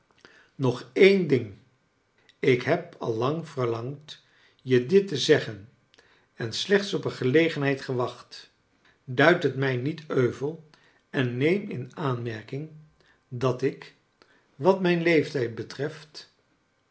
nog een ding ik heb al lang verlangd je dit te zeggen en slechts op een gelegenheid gewacht duid het mij niet euvel en neem in aanmerking dat ik wat kleine dorrit mijn leeftijd betreft